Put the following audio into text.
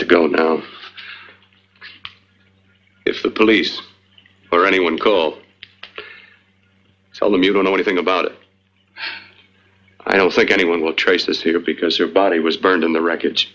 to go no if the police or anyone call tell them you don't know anything about it i don't think anyone will trace this here because your body was burned in the wreckage